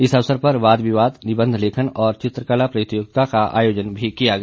इस अवसर पर वाद विवाद निबंध लेखन और चित्रकला प्रतियोगिता का आयोजन भी किया गया